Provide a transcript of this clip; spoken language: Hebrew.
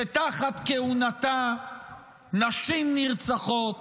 שתחת כהונתה נשים נרצחות,